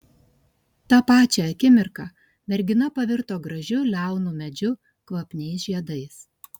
tą pačią akimirka mergina pavirto gražiu liaunu medžiu kvapniais žiedais